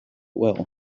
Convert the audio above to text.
will